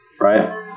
right